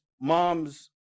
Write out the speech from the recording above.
mom's